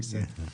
בסדר.